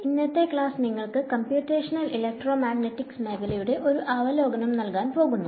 ഇന്നത്തെ ക്ലാസ് നിങ്ങൾക്ക് computational electromagnetics മേഖലയുടെ ഒരു അവലോകനം നൽകാൻ പോകുന്നു